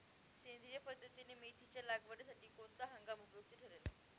सेंद्रिय पद्धतीने मेथीच्या लागवडीसाठी कोणता हंगाम उपयुक्त ठरेल?